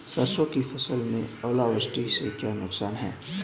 सरसों की फसल में ओलावृष्टि से क्या नुकसान है?